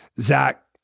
Zach